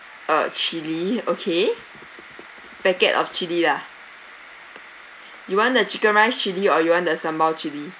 uh chilli okay packet of chilli lah you want a chicken rice chilli or you want the sambal chilli